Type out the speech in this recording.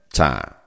time